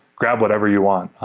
grab whatever you want,